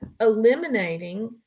eliminating